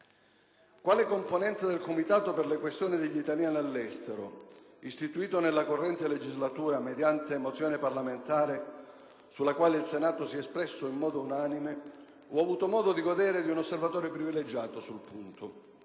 Quale componente del Comitato per le questioni degli italiani all'estero, istituito nella corrente legislatura mediante una mozione parlamentare sulla quale il Senato si è espresso in modo unanime, ho avuto modo di godere di un osservatorio privilegiato sul punto.